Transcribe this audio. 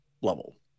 level